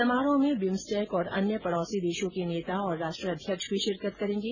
समारोह में बिम्सटेक और अन्य पड़ोसी देशों के नेता और राष्ट्राध्यक्ष भी शिरकत करेंगे